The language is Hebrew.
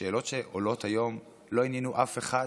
השאלות שעולות היום לא עניינו אף אחד